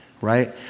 right